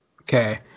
Okay